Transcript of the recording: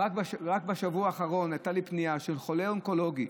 רק בשבוע האחרון הייתה לי פנייה של חולה אונקולוגי